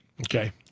Okay